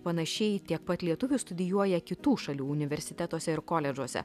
panašiai tiek pat lietuvių studijuoja kitų šalių universitetuose ir koledžuose